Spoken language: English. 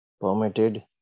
permitted